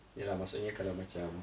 ya lah maksudnya kalau macam